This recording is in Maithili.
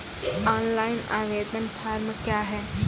ऑनलाइन आवेदन फॉर्म क्या हैं?